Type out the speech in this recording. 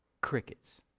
crickets